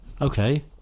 Okay